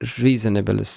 reasonable